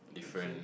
okay